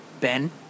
Ben